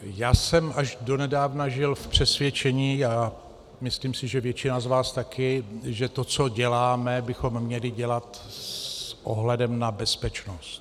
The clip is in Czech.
Já jsem až donedávna žil v přesvědčení, a myslím si, že většina z vás taky, že to, co děláme, bychom měli dělat s ohledem na bezpečnost.